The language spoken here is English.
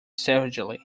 savagely